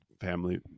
family